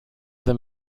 them